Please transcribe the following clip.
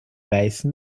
weißen